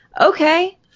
okay